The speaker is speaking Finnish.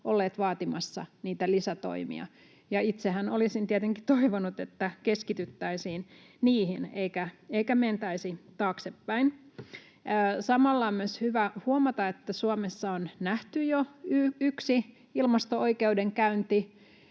ollut vaatimassa niitä lisätoimia. Itsehän olisin tietenkin toivonut, että keskityttäisiin niihin eikä mentäisi taaksepäin. Samalla on myös hyvä huomata, että Suomessa on nähty jo yksi ilmasto-oikeudenkäynti